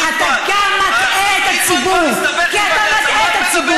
עד היום כשפניתי אליהם ואמרתי להם שיש חשש באיזשהו אופן שהם עלולים